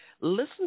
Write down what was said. Listen